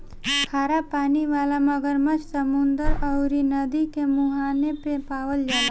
खरा पानी वाला मगरमच्छ समुंदर अउरी नदी के मुहाने पे पावल जाला